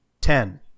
Ten